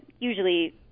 usually